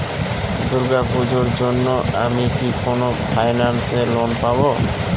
দূর্গা পূজোর জন্য আমি কি কোন ফাইন্যান্স এ লোন পাবো?